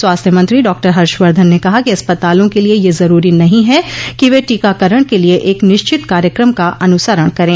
स्वास्थ्य मंत्री डॉक्टर हर्षवर्धन ने कहा कि अस्पतालों के लिए यह जरूरी नहीं है कि वे टीकाकरण के लिए एक निश्चित कार्यक्रम का अनुसरण करें